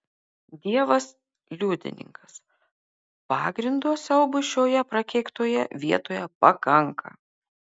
dievas liudininkas pagrindo siaubui šioje prakeiktoje vietoje pakanka